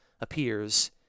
appears